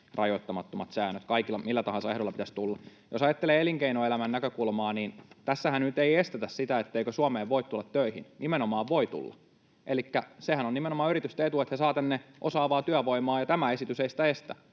rajoittamattomat säännöt. Millä tahansa ehdoilla pitäisi tulla. Jos ajattelee elinkeinoelämän näkökulmaa, niin tässähän nyt ei estetä sitä, etteikö Suomeen voi tulla töihin. Nimenomaan voi tulla. Elikkä sehän on nimenomaan yritysten etu, että ne saavat tänne osaavaa työvoimaa, ja tämä esitys ei sitä estä.